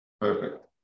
perfect